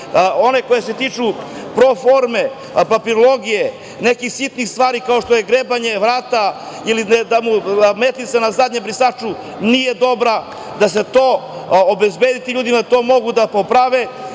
one koje se tiču pro forma, papirologije, nekih sitnih stvari kao što je grebanje vrata ili da mu metlica na zadnjem brisaču nije dobra, da se obezbedi tim ljudima da to mogu da poprave